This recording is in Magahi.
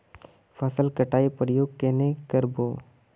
फसल कटाई प्रयोग कन्हे कर बो?